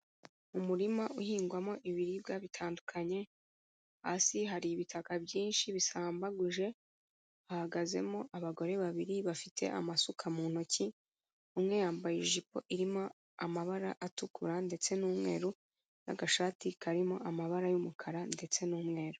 Umurima uhingwamo ibiribwa bitandukanye, hasi hari ibitaka byinshi bisambaguje, hahagazemo abagore babiri bafite amasuka mu ntoki, umwe yambaye ijipo irimo amabara atukura ndetse n'umweru n'agashati karimo amabara y'umukara ndetse n'umweru.